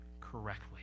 correctly